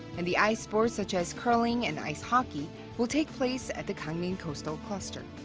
and the ice sports such as curling and ice hockey will take place at the gangneung coastal cluster.